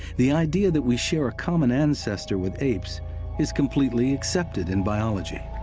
the idea that we share a common ancestor with apes is completely accepted in biology.